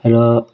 र